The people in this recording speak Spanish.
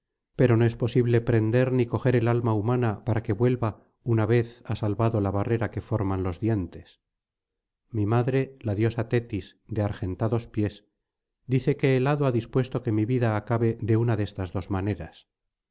pero no es posible prender ni coger el alma humana para que vuelva una vez ha salvado la barrera que forman los dientes mi madre la diosa tetis de argentados pies dice que el hado ha dispuesto que mi vida acabe de una de estas dos maneras